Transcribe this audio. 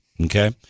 Okay